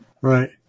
Right